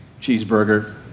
cheeseburger